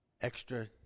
Extra